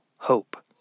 hope